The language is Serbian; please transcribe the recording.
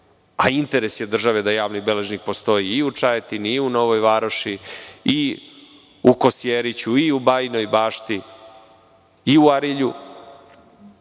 a interes je države da javni beležnik postoji i u Čajetini, i u Novoj Varoši, i u Kosjeriću, i u Bajinoj Bašti, i u Arilju,